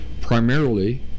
Primarily